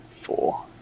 four